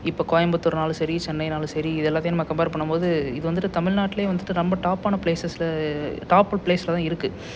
இப்போ கோயம்புத்தூர்ன்னாலும் சரி சென்னைன்னாலும் சரி இது எல்லாத்தையும் நம்ம கம்பேர் பண்ணும்போது இது வந்துட்டு தமிழ்நாட்டிலே வந்துட்டு ரொம்ப டாப்பானா ப்ளேசஸ்சில் டாப்பு ப்ளேஸ்சில் தான் இருக்குது